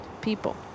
people